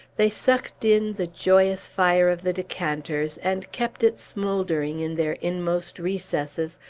they sucked in the joyous fire of the decanters and kept it smouldering in their inmost recesses,